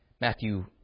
Matthew